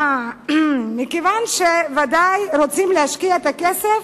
מכיוון שרוצים להשקיע את הכסף